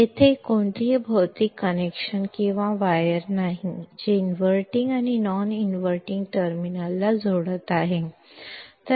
येथे कोणतेही भौतिक कनेक्शन किंवा वायर नाही जे इनव्हर्टिंग आणि नॉन इन्व्हर्टिंग टर्मिनलला जोडत आहे